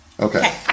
Okay